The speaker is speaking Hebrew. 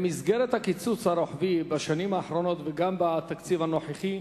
במסגרת הקיצוץ הרוחבי בשנים האחרונות וגם בתקציב הנוכחי,